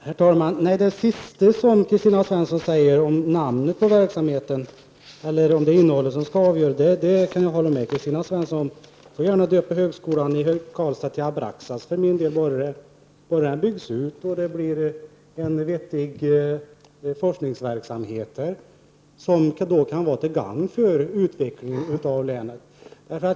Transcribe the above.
Herr talman! Det sista Kristina Svensson sade om att det inte är namnet på verksamheten utan innehållet som är det avgörande, kan jag hålla med om. För min del får Kristina Svensson gärna döpa högskolan i Karlstad till Abraxas bara den byggs ut och det blir en vettig forskningsverksamhet där som kan vara till gagn för utvecklingen i länet.